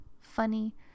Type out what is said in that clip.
funny